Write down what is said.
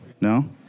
No